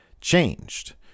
changed